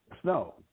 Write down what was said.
snow